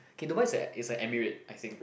okay Dubai is e~ is a Emirate I think